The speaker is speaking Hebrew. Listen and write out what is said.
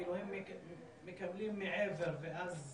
כאילו הם מקבלים מעבר ואז